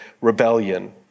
rebellion